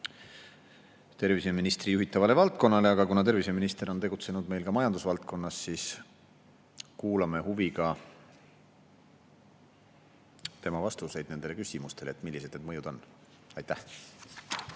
terviseministri juhitavale valdkonnale. Kuna terviseminister on tegutsenud ka majandusvaldkonnas, siis kuulame huviga tema vastuseid küsimustele, millised need mõjud on. Aitäh,